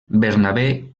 bernabé